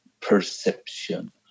perception